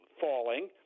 falling